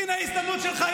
הינה ההזדמנות שלך.